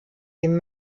dem